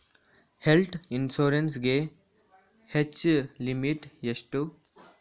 Health insurance ಗೆ age limit ಎಷ್ಟು?